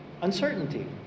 Uncertainty